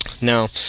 Now